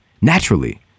naturally